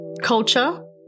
culture